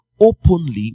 openly